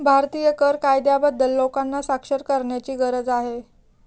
भारतीय कर कायद्याबद्दल लोकांना साक्षर करण्याची गरज आहे